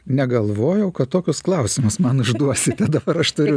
negalvojau kad tokius klausimus man užduosite dabar aš turiu